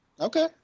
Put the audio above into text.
Okay